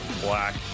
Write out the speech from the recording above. Black